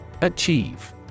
Achieve